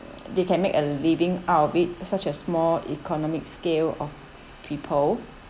they can make a living out of it such as more economic scale of people